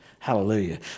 Hallelujah